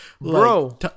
Bro